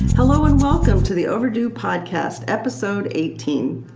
hello and welcome to the overdue podcast, episode eighteen.